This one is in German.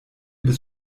bis